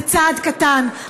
זה צעד קטן, תודה.